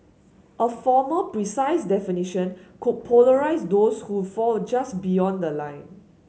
a formal precise definition could polarise those who fall just beyond the line